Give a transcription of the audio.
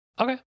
okay